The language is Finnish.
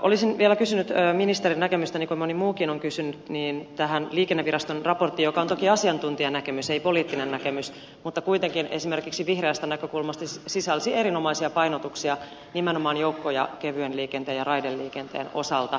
olisin vielä kysynyt ministerin näkemystä niin kuin moni muukin on kysynyt tähän liikenneviraston raporttiin joka on toki asiantuntijanäkemys ei poliittinen näkemys mutta kuitenkin esimerkiksi vihreästä näkökulmasta se sisälsi erinomaisia painotuksia nimenomaan joukko liikenteen kevyen liikenteen ja raideliikenteen osalta